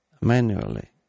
manually